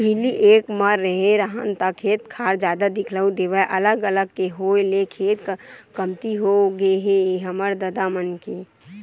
पहिली एक म रेहे राहन ता खेत खार जादा दिखउल देवय अलग अलग के होय ले खेत कमती होगे हे हमर ददा मन के